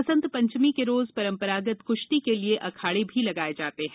बसंत पंचमी के रोज परम्परागत कश्ती के लिये अखाडे भी लगाए जाते हैं